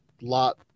lot